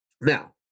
Now